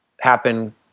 happen